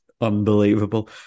unbelievable